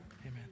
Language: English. Amen